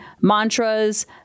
mantras